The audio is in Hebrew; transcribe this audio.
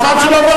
הזמן שלו עובר,